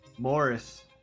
Morris